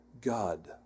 God